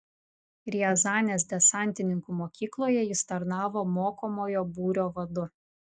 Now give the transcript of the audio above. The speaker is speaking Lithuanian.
riazanės desantininkų mokykloje jis tarnavo mokomojo būrio vadu